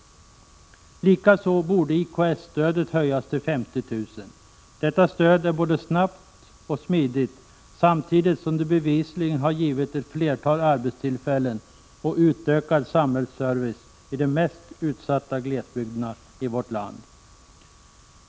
Likaså borde IKS-stödet höjas till 50 000 kr. Detta stöd är både snabbadministrerat och smidigt samtidigt som det bevisligen har givit ett flertal arbetstillfällen och utökad samhällsservice i de mest utsatta glesbygderna i vårt land.